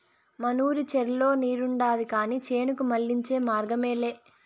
మనూరి చెర్లో నీరుండాది కానీ చేనుకు మళ్ళించే మార్గమేలే